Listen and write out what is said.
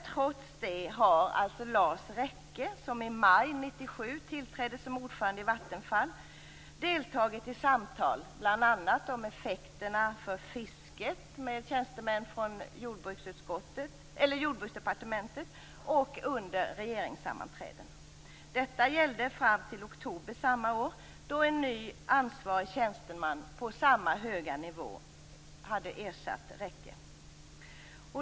Trots det har alltså Lars Rekke, som i maj 1997 tillträdde som ordförande i Vattenfall, deltagit i samtal bl.a. om effekterna för fisket med tjänstemän från Jordbruksdepartementet och under regeringssammanträden. Detta gällde fram till oktober samma år, då en ny ansvarig tjänsteman på samma höga nivå hade ersatt Rekke.